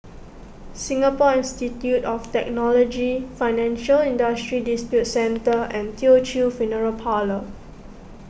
Singapore Institute of Technology Financial Industry Disputes Center and Teochew Funeral Parlour